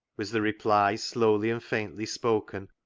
was the reply slowly and faintly spoken,